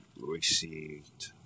received